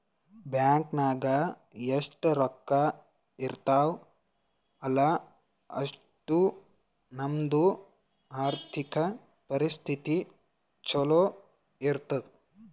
bank ನಾಗ್ ಎಷ್ಟ ರೊಕ್ಕಾ ಇರ್ತಾವ ಅಲ್ಲಾ ಅಷ್ಟು ನಮ್ದು ಆರ್ಥಿಕ್ ಪರಿಸ್ಥಿತಿ ಛಲೋ ಇರ್ತುದ್